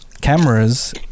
cameras